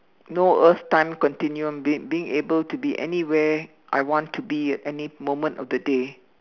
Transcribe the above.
no earth time continuing being being able to be anywhere I want to be at any moment of the day